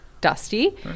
dusty